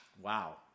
wow